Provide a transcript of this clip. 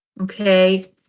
okay